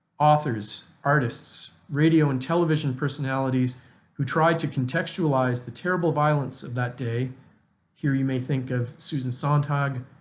authors, artists, radio and television personalities who tried to contextualize the terrible violence of that day here you may think of susan sontag,